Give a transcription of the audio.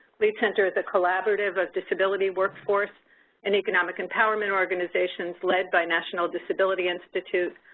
lead center is a collaborative of disability, workforce in economic empowerment organizations led by national disability institute,